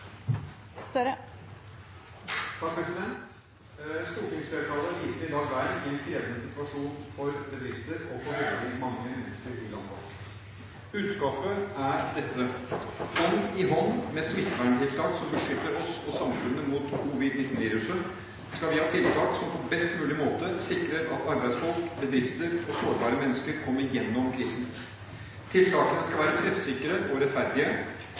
Stortingsflertallet viser i dag vei i en krevende situasjon for bedrifter og for veldig mange mennesker i landet vårt. Budskapet er dette: Hånd i hånd med smitteverntiltak som beskytter oss og samfunnet mot covid-19-viruset, skal vi ha tiltak som på best mulig måte sikrer at arbeidsfolk, bedrifter og sårbare mennesker kommer gjennom krisen. Tiltakene skal være treffsikre og rettferdige.